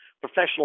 professional